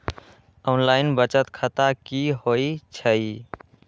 Online बचत खाता की होई छई?